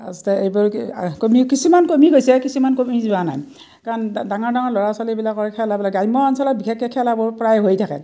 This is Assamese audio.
তাৰছতে এইবোৰ কি কমি কিছুমান কমি গৈছে কিছুমান কমি যোৱা নাই কাৰণ ডাঙৰ ডাঙৰ ল'ৰা ছোৱালীবিলাকৰ খেলাবিলাক গ্ৰাম্য অঞ্চলত বিশেষকৈ খেলাবোৰ প্ৰায় হৈ থাকে